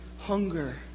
hunger